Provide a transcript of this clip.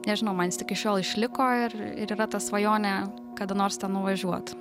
nežinau man jis iki šiol išliko ir ir yra ta svajonė kada nors ten nuvažiuot